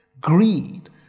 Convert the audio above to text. Greed